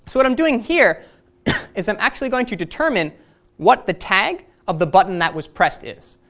so what i'm doing here is i'm actually going to determine what the tag of the button that was pressed is.